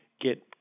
get